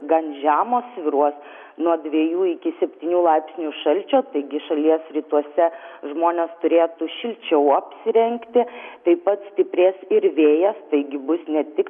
gan žemos svyruos nuo dviejų iki septynių laipsnių šalčio taigi šalies rytuose žmonės turėtų šilčiau apsirengti taip pat stiprės ir vėjas taigi bus ne tik